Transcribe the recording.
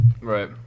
Right